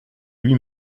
lui